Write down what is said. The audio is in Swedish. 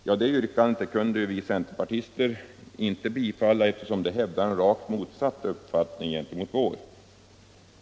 Detta yrkande kunde vi centerpartister inte bifalla, eftersom vi hävdar den rakt motsatta uppfattningen.